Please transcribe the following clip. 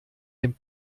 dem